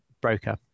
broker